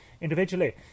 individually